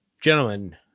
Gentlemen